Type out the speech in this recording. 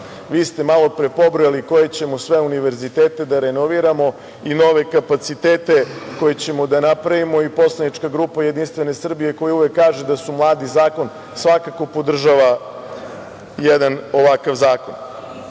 Vi ste malopre pobrojali koje ćemo sve univerzitete da renoviramo i nove kapacitete koje ćemo da napravimo i poslanička grupa Jedinstvene Srbije, koja uvek kaže da su mladi zakon, svakako podržava jedan ovakav zakon. Danas